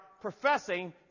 professing